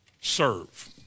serve